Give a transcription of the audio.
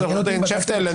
עורך דין שפטל,